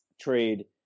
trade